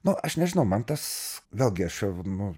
na aš nežinau man tas vėlgi aš čia nu